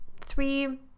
three